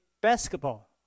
basketball